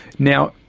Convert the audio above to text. now,